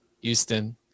Houston